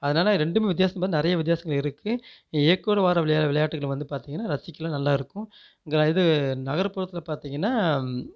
அதனால ரெண்டும் வித்தியாசம் பாத் நிறைய வித்தியாசங்கள் இருக்கு இயற்கையோடு வார விளையா விளையாட்டுகள் வந்து பாரத்தீங்கன்னா ரசிக்கிலாம் நல்லாயிருக்கும் இங்கெல்லாம் இது நகர்ப்புறத்தில் பார்த்தீங்கன்னா